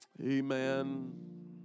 Amen